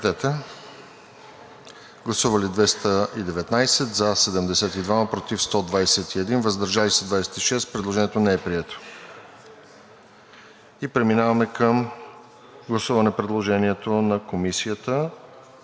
представители: за 72, против 121, въздържали се 26. Предложението не е прието. Преминаваме към гласуване предложението на Комисията